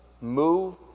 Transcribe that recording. move